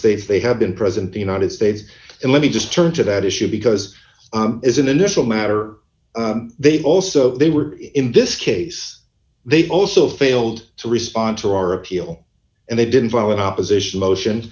states they have been present the united states and let me just turn to that issue because as an initial matter they've also they were in this case they've also failed to respond to our appeal and they didn't file in opposition motion